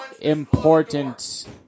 important